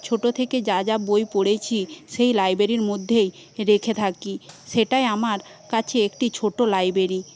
ছোট থেকে যা যা বই পড়েছি সেই লাইব্রেরির মধ্যেই রেখে থাকি সেইটাই আমার কাছে একটি ছোট লাইব্রেরি